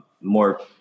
more